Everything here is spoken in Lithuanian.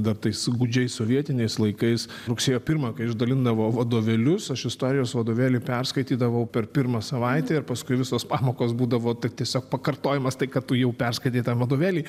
dar tais gūdžiais sovietiniais laikais rugsėjo pirmą kai išdalindavo vadovėlius aš istorijos vadovėlį perskaitydavau per pirmą savaitę ir paskui visos pamokos būdavo tai tiesiog pakartojimas tai ką tu jau perskaitei tam vadovėly